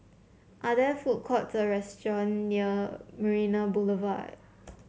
are there food courts or restaurant near Marina Boulevard